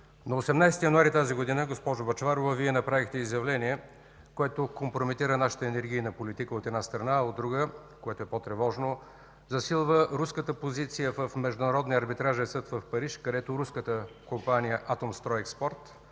На 18 януари тази година, госпожо Бъчварова, Вие направихте изявление, което компрометира нашата енергийна политика, от една страна, а, от друга, което е по-тревожно, засилва руската позиция в Международния арбитражен съд в Париж, където руската компания „Атомстрой експорт”